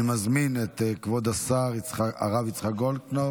אני מזמין את כבוד השר הרב יצחק גולדקנופ